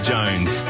Jones